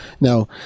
Now